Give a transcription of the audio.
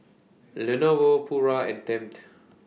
Lenovo Pura and Tempt